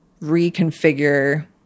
reconfigure